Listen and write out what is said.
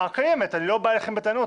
הקיימת אני לא בא אליכם בטענות,